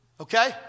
Okay